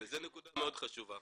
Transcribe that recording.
וזו נקודה מאוד חשובה.